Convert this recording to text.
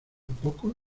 pocos